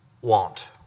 want